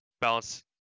balance